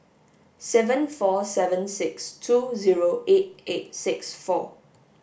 seven four seven six two zero eight eight six four